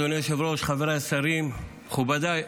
אדוני היושב-ראש, חבריי השרים, מכובדי השואל,